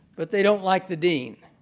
but they don't like the dean,